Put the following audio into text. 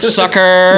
sucker